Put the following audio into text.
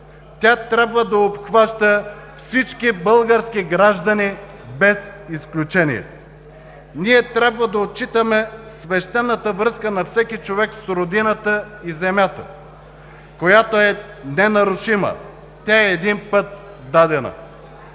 Тя трябва да обхваща всички български граждани без изключение. Ние трябва да отчитаме свещената връзка на всеки човек с родината и земята, която е ненарушима, тя е един път дадена,